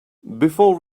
before